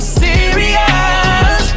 serious